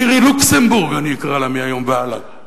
מירי לוקסמבורג, אני אקרא לה מהיום והלאה.